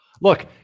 look